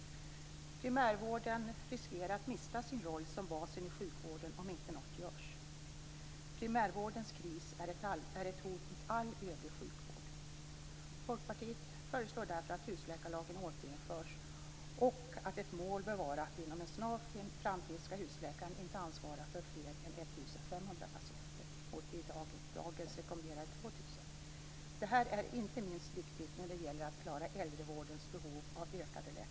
Primärvården riskerar att mista sin roll som basen i sjukvården om inte något görs. Primärvårdens kris är ett hot mot all övrig sjukvård. Folkpartiet föreslår därför att husläkarlagen återinförs. Ett mål bör vara att husläkaren inom en snar framtid inte skall ansvara för fler än 1 500 patienter mot dagens rekommenderade 2 000. Detta är inte minst viktigt när det gäller att klara äldrevårdens behov av ökade läkarinsatser.